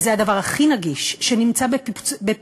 וזה הדבר הכי נגיש, שנמצא בפיצוציות,